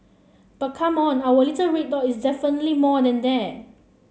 but come on our little red dot is definitely more than that